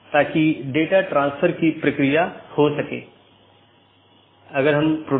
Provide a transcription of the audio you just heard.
यह एक शब्दावली है या AS पाथ सूची की एक अवधारणा है